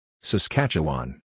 Saskatchewan